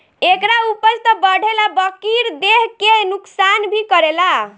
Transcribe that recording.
एकरा उपज त बढ़ेला बकिर देह के नुकसान भी करेला